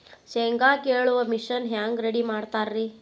ಶೇಂಗಾ ಕೇಳುವ ಮಿಷನ್ ಹೆಂಗ್ ರೆಡಿ ಮಾಡತಾರ ರಿ?